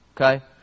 okay